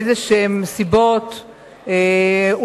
מסיבות כלשהן,